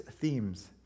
themes